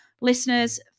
listeners